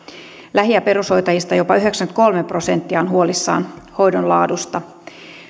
lähi ja perushoitajista jopa yhdeksänkymmentäkolme prosenttia on huolissaan hoidon laadusta